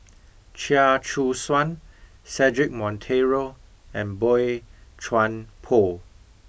Chia Choo Suan Cedric Monteiro and Boey Chuan Poh